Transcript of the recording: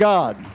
God